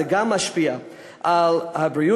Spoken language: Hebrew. גם זה משפיע על הבריאות.